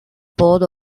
board